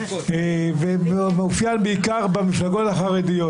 ומאופיין בעיקר במפלגות החרדיות.